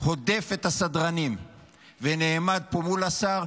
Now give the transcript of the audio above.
הודף את הסדרנים ונעמד פה מול השר,